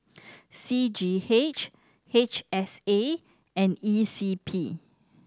C G H H S A and E C P